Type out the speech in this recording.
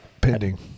Pending